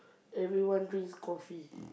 everyone drinks coffee